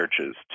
churches